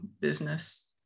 business